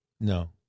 No